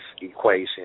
equation